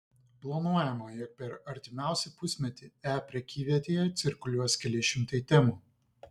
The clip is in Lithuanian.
planuojama jog per artimiausią pusmetį e prekyvietėje cirkuliuos keli šimtai temų